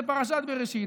לפרשת בראשית,